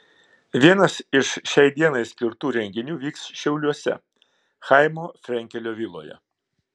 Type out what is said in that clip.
vienas iš šiai dienai skirtų renginių vyks šiauliuose chaimo frenkelio viloje